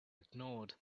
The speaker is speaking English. ignored